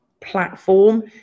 platform